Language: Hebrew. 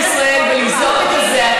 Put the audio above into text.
לכאן מול כנסת ישראל ולזעוק את הזעקה.